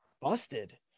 busted